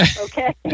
okay